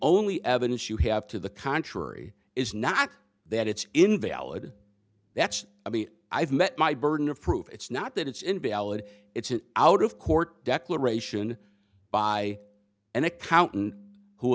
only evidence you have to the contrary is not that it's invalid that's i mean i've met my burden of proof it's not that it's invalid it's an out of court declaration by an accountant who